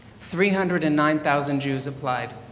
three hundred and nine thousand jews applied.